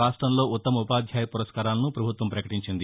రాష్టంలో ఉత్తమ ఉపాధ్యాయ పురస్కారాలను ప్రభుత్వం ప్రకటించింది